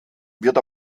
wird